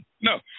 no